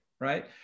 right